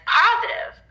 positive